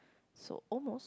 so almost